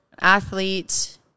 athlete